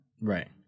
Right